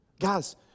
Guys